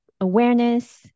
awareness